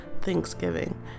Thanksgiving